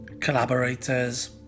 collaborators